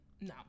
No